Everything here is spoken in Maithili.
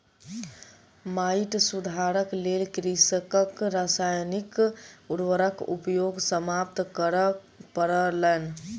माइट सुधारक लेल कृषकक रासायनिक उर्वरक उपयोग समाप्त करअ पड़लैन